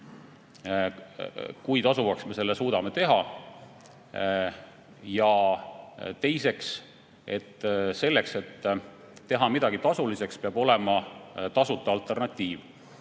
kui tasuvaks me suudaksime selle teha? Ja teiseks, selleks, et teha midagi tasuliseks, peab olema tasuta alternatiiv.